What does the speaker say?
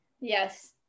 Yes